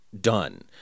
Done